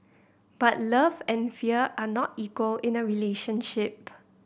but love and fear are not equal in a relationship